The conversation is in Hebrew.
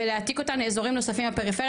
ולהעתיק אותם לאזורים נוספים בפריפריה